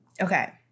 okay